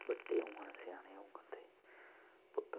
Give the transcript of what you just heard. बड्डे होङन सेआने होङन